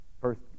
First